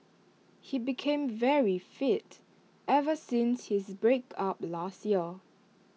he became very fit ever since his break up last year